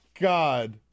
God